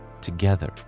together